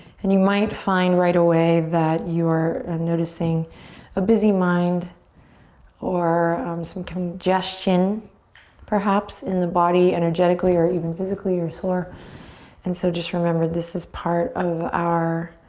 and you might find right away that you're and noticing a busy mind or um some congestion perhaps in the body energetically or even physically or sore and so just remember, this is part of our